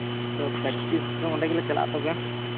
ᱛᱳ ᱯᱮᱠᱴᱤᱥᱫᱚ ᱚᱸᱰᱮᱜᱮᱞᱮ ᱪᱟᱞᱟᱜᱼᱟ ᱛᱚᱵᱮ